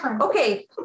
Okay